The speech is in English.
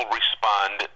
respond